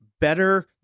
better